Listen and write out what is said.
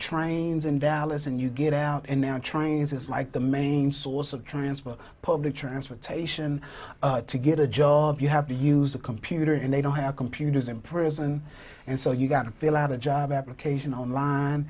trains in dallas and you get out and now trains is like the main source of transport public transportation to get a job you have to use a computer and they don't have computers in prison and so you got to fill out a job application online